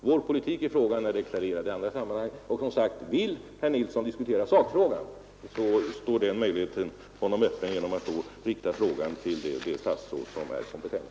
Vår politik i sakfrågan är deklarerad i andra sammanhang, och vill herr Nilsson diskutera den står möjligheten, som sagt, öppen, om han riktar frågan till det statsråd som är kompetent.